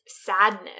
sadness